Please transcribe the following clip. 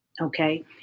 Okay